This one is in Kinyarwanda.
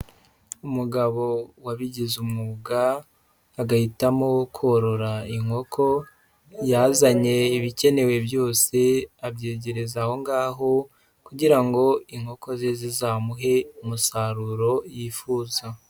Umugabo wabigize umwuga agahitamo wo korora inkoko, yazanye ibikenewe byose abyegereza aho ngaho kugira ngo inkoko ze zizamuhe umusaruro yifuza.